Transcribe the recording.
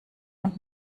und